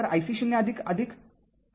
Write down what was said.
तर i१0 हे ० होते